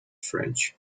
french